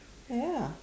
ya